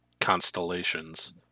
constellations